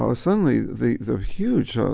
ah suddenly the the huge